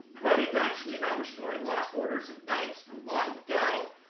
but it's actually about restoring lost orders of knights from long ago.